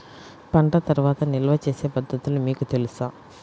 పంట తర్వాత నిల్వ చేసే పద్ధతులు మీకు తెలుసా?